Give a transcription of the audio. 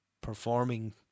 performing